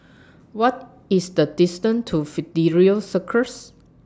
What IS The distance to Fidelio Circus